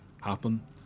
happen